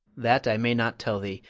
that i may not tell thee.